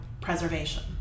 preservation